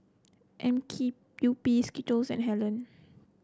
M K U P Skittles and Helen